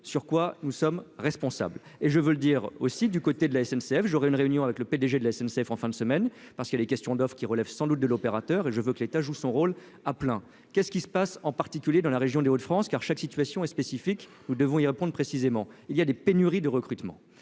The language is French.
sur quoi nous sommes responsables et je veux le dire aussi, du côté de la SNCF, j'aurai une réunion avec le PDG de la SNCF en fin de semaine, parce que les questions d'offres qui relève sans doute de l'opérateur et je veux que l'État joue son rôle à plein qu'est-ce qui se passe, en particulier dans la région des Hauts-de-France car chaque situation est spécifique ou devons y répondent précisément il y a des pénuries de recrutements